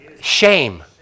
Shame